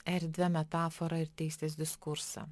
erdvę metaforą ir teisės diskursą